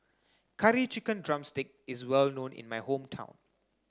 curry chicken drumstick is well known in my hometown